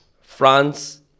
France